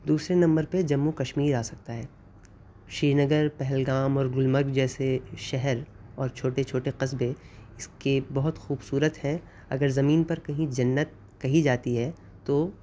دوسرے نمبر پہ جموں کشمیر آ سکتا ہے سری نگر پہلگام اور گلمرگ جیسے شہر اور چھوٹے چھوٹے قصبے اس کے بہت خوبصورت ہیں اگر زمین پر کہیں جنت کہی جاتی ہے تو